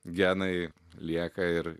genai lieka ir